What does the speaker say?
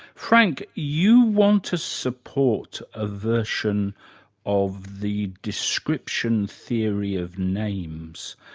frank, you want to support a version of the description theory of names.